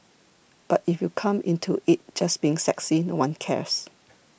but if you come into it just being sexy no one cares